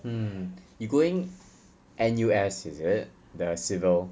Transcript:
mm you going N_U_S is it the civil